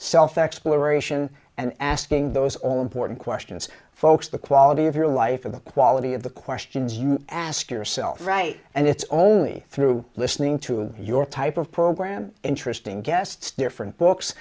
self exploration and asking those all important questions folks the quality of your life of the quality of the questions you ask yourself right and it's only through listening to your type of program interesting guests different books